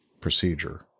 procedure